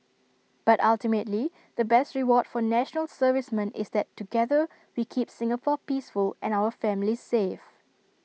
but ultimately the best reward for National Servicemen is that together we keep Singapore peaceful and our families safe